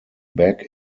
back